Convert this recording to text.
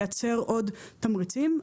לייצר עוד תמריצים.